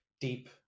deep